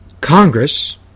Congress